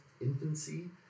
infancy